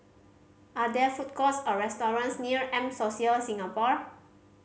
are there food courts or restaurants near M Social Singapore